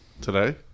today